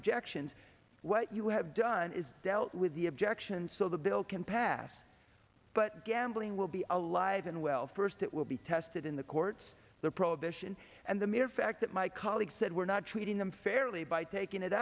objections what you have done is dealt with the objection so the bill can pass but gambling will be alive and well first it will be tested in the courts the prohibition and the mere fact that my colleague said we're not treating him fairly by taking it